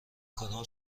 کدام